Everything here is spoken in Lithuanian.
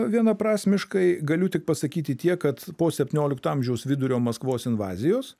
vienaprasmiškai galiu tik pasakyti tiek kad po septyniolikto amžiaus vidurio maskvos invazijos